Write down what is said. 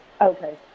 Okay